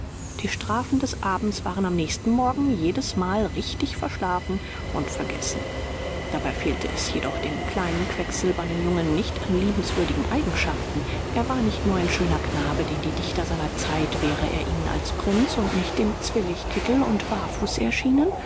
die strafen des abends waren am nächsten morgen jedesmal richtig verschlafen und vergessen dabei fehlte es jedoch dem kleinen quecksilbernen jungen nicht an liebenswürdigen eigenschaften er war nicht nur ein schöner knabe den die dichter seiner zeit wäre er ihnen als prinz und nicht im zwillichkittel und barfuß erschienen